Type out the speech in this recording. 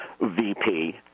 VP